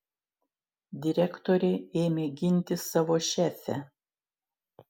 direktorė ėmė ginti savo šefę